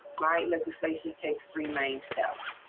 my missus station takes three main steps.